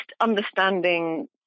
understanding